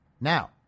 Now